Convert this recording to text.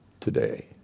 today